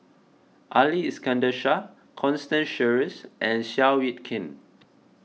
Ali Iskandar Shah Constance Sheares and Seow Yit Kin